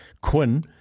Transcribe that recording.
Quinn